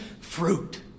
fruit